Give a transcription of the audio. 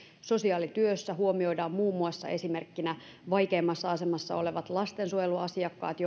sosiaalityössä huomioidaan muun muassa vaikeimmassa asemassa olevat lastensuojeluasiakkaat